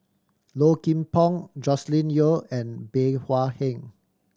Low Kim Pong Joscelin Yeo and Bey Hua Heng